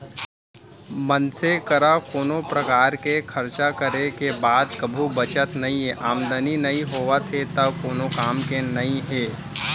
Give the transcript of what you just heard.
मनसे करा कोनो परकार के खरचा करे के बाद कभू बचत नइये, आमदनी नइ होवत हे त कोन काम के नइ हे